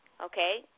okay